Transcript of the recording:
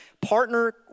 partner